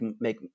make